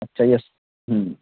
اچھا یہ ہوں